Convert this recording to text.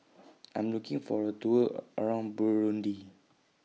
I Am looking For A Tour around Burundi